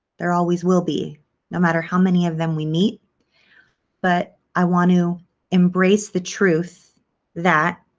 there always will be no matter how many of them we meet but i want to embrace the truth that